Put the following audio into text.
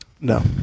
No